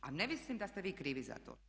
A ne mislim da ste vi krivi za to.